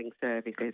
services